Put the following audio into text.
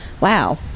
Wow